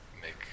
make